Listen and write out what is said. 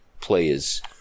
players